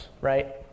right